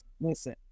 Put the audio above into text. listen